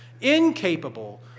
incapable